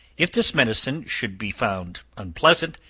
if this medicine should be found unpleasant,